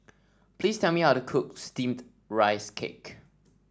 please tell me how to cook steamed Rice Cake